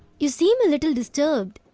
you seem a little disturbed.